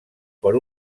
per